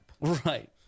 Right